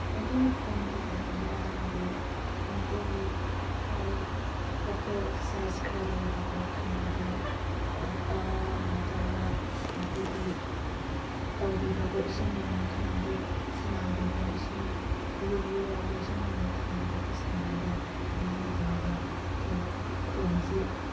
ꯑꯩꯈꯣꯏ ꯍꯦꯟꯅ ꯈꯣꯟ ꯐꯖꯍꯟꯒꯦꯔꯥ ꯍꯥꯏꯔꯗꯤ ꯅꯨꯡꯇꯤꯒꯤ ꯑꯣꯏ ꯚꯣꯀꯦꯜ ꯑꯦꯛꯁꯔꯁꯥꯏꯁ ꯈꯔ ꯂꯩꯌꯦꯕꯀꯣ ꯈꯅꯥꯎꯗ ꯑ ꯑ ꯒꯨꯝꯕ ꯇꯧꯔꯒ ꯅꯨꯡꯇꯤꯒꯤ ꯇꯧꯕꯤꯕꯀꯣ ꯏꯁꯤꯡꯒꯨꯝꯕ ꯈꯧꯅꯥꯎꯗ ꯁꯥꯟꯅꯕꯤꯕ ꯏꯁꯤꯡ ꯒꯨꯂꯨ ꯒꯨꯂꯨ ꯇꯧꯔꯒ ꯏꯁꯤꯡꯒꯨꯝꯕ ꯈꯧꯅꯥꯎꯗ ꯈꯔ ꯁꯥꯟꯅꯔꯒ ꯑꯗꯨꯃꯥꯏꯅ ꯇꯧꯔꯒ ꯑꯩꯈꯣꯏ ꯈꯣꯟꯁꯦ